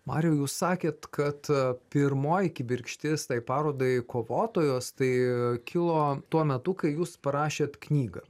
mariau jūs sakėt kad pirmoji kibirkštis tai parodai kovotojos tai kilo tuo metu kai jūs parašėt knygą